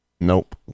Nope